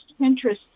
pinterest